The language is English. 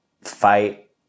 fight